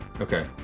Okay